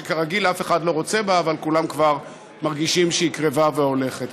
שכרגיל אף אחד לא רוצה בה אבל כולם כבר מרגישים שהיא קרבה והולכת.